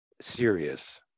serious